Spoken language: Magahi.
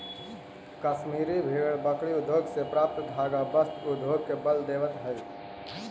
कश्मीरी भेड़ बकरी से प्राप्त धागा वस्त्र उद्योग के बल देवऽ हइ